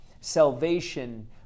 salvation